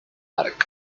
arq